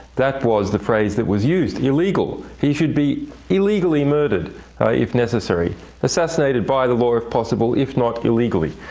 that was the phrase that was used illegal. he should be illegally murdered if necessary assassinated by the law, if possible, if not, illegally.